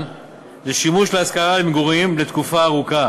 לשימוש להשכרה למגורים לתקופה ארוכה.